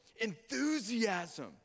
enthusiasm